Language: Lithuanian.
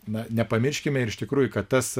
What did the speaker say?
na nepamirškime ir iš tikrųjų kad tas